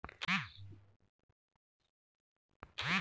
फसल चक्र को चलाने हेतु पॉली हाउस के अलावा और क्या क्या विकल्प हैं?